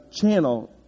channel